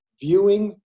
viewing